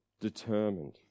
determined